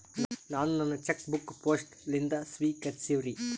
ನಾನು ನನ್ನ cheque book post ಲಿಂದ ಸ್ವೀಕರಿಸಿವ್ರಿ